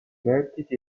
redditi